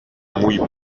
muy